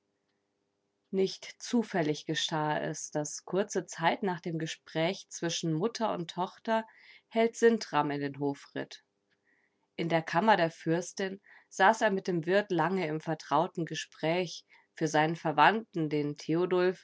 nicht zufällig geschah es daß kurze zeit nach dem gespräch zwischen mutter und tochter held sintram in den hof ritt in der kammer der fürstin saß er mit dem wirt lange im vertrauten gespräch für seinen verwandten den theodulf